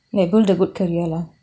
like build a good career lah